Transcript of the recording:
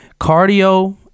Cardio